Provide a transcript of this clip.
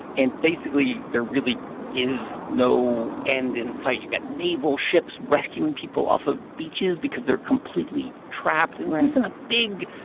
and basically, there really is no end in sight. you've got naval ships rescuing people off of beaches because they're completely trapped and this like is in a big,